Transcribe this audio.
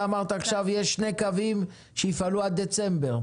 אמרת שיש שני קווים שיפעלו עד דצמבר.